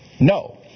No